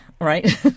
right